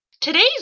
Today's